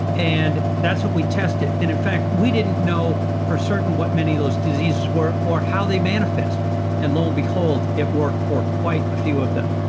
and that's what we test and in fact, we didn't know for certain what many of those diseases were or how they manifest. and lo and behold, it worked for quite a few of them.